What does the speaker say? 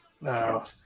no